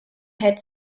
had